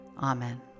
Amen